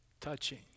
touching